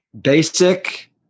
basic